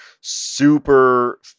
super